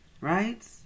Right